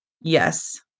Yes